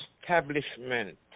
establishment